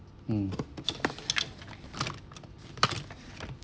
mm